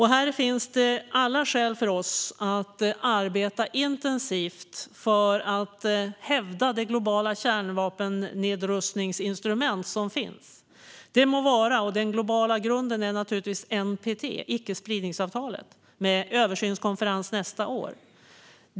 Här finns det alla skäl för oss att arbeta intensivt för att hävda det globala kärnvapennedrustningsinstrument som finns. Den globala grunden är naturligtvis NPT, icke-spridningsavtalet, med översynskonferens nästa år.